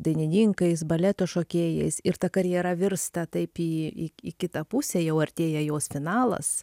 dainininkais baleto šokėjais ir ta karjera virsta taip į į į kitą pusę jau artėja jos finalas